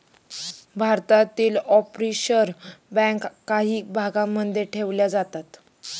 भारतातील ऑफशोअर बँका काही भागांमध्ये ठेवल्या जातात